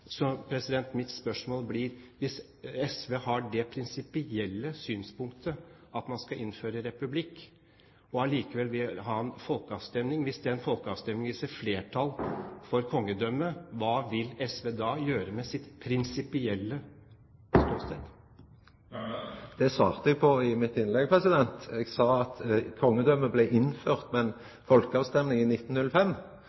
Så mitt spørsmål blir: Hvis SV har det prinsipielle synspunktet at man skal innføre republikk og likevel vil ha folkeavstemning og hvis den folkeavstemningen viser flertall for kongedømme – hva vil SV da gjøre med sitt prinsipielle ståsted? Det svarte eg på i mitt innlegg. Eg sa at kongedømmet blei innført